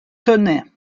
tenay